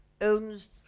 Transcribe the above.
owns